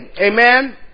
Amen